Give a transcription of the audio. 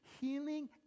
healing